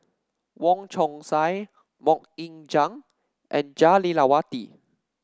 Wong Chong Sai MoK Ying Jang and Jah Lelawati